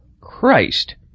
Christ